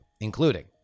including